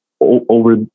over